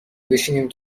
بشینیم